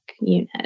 unit